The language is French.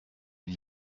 lui